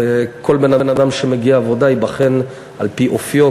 וכל בן-אדם שמגיע לעבודה ייבחן על-פי אופיו,